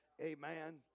Amen